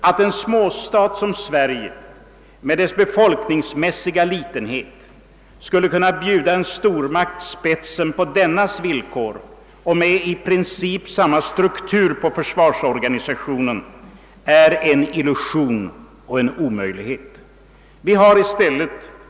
Att en stat som Sverige med dess befolkningsmässiga litenhet skulle kunna bjuda en stormakt spetsen på dennas villkor och med i princip samma struktur på försvarsorganisationen är en illusion och en omöjlighet.